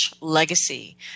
legacy